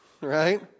right